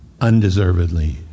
undeservedly